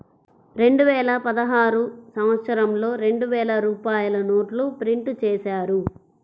రెండువేల పదహారు సంవత్సరంలో రెండు వేల రూపాయల నోట్లు ప్రింటు చేశారు